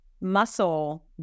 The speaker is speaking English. muscle